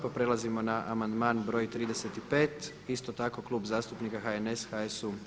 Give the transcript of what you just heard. Pa prelazimo na amandman br. 35. isto tako Klub zastupnika HNS, HSU.